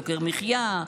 יוקר מחיה,